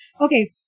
Okay